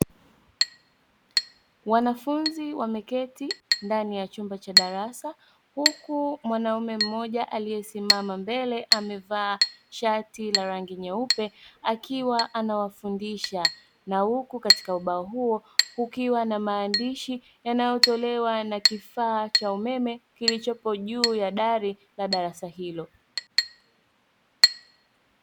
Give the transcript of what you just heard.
Wanafunzi wamekaa ndani ya chumba cha darasa. huku mwanaume mmoja aliyesimama mbele amevaa shati la rangi nyeupe akiwa anawafundisha, na huku katika ubao huo kukiwa na maandishi yanayotolewa na kifaa cha umeme kilichopo juu ya dari la darasa hilo.